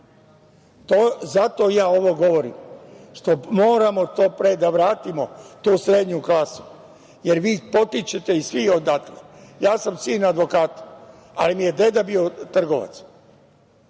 Zato ja ovo govorim, što moramo to što pre da vratimo tu srednju klasu, jer vi potičete svi odatle. Ja sam sin advokata, ali mi je deda bio trgovac,